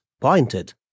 pointed